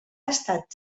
estat